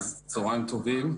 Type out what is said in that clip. צוהריים טובים.